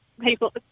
People